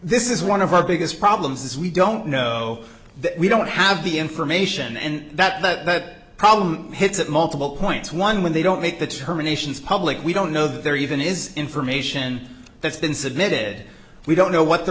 this is one of our biggest problems is we don't know that we don't have the information and that the problem hits at multiple points one when they don't make the terminations public we don't know that there even is information that's been submitted we don't know what the